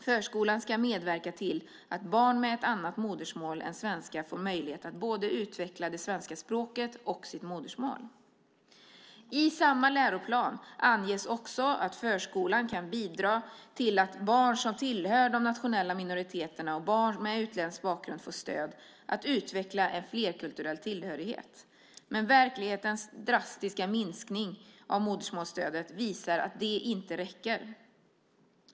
Förskolan skall medverka till att barn med annat modersmål än svenska får möjlighet att både utveckla det svenska språket och sitt modersmål." I samma läroplan anges också att förskolan kan bidra till att barn som tillhör de nationella minoriteterna och barn med utländsk bakgrund får stöd att utveckla en flerkulturell tillhörighet. Men verklighetens drastiska minskning av modersmålsstödet visar att detta inte räcker.